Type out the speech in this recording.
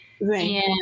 Right